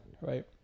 right